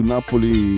Napoli